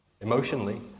emotionally